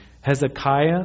Hezekiah